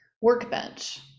workbench